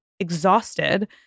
exhausted